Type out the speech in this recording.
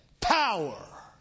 power